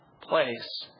place